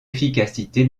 efficacité